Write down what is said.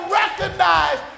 recognize